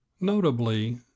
Notably